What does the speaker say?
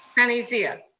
sunny zia.